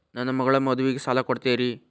ನನ್ನ ಮಗಳ ಮದುವಿಗೆ ಸಾಲ ಕೊಡ್ತೇರಿ?